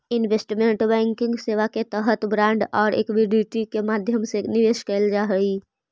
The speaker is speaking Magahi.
इन्वेस्टमेंट बैंकिंग सेवा के तहत बांड आउ इक्विटी के माध्यम से निवेश कैल जा हइ